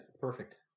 Perfect